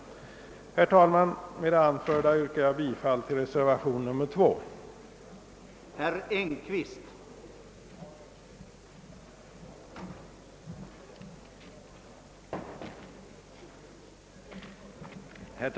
Herr talman! Med det anförda ber jag att få yrka bifall till reservationen 2 till bevillningsutskottets betänkande nr 42.